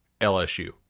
LSU